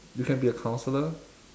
you can be a counsellor